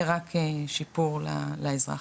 שהיה רק שיפור לאזרח.